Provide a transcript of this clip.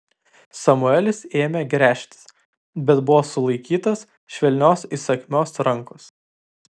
samuelis ėmė gręžtis bet buvo sulaikytas švelnios įsakmios rankos